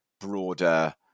broader